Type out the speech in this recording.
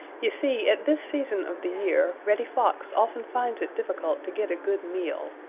you see, at this season of the year, reddy fox often finds it difficult to get a good meal.